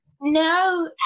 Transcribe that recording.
No